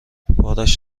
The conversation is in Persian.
بارش